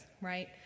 right